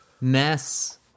mess